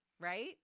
right